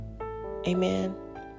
Amen